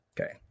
Okay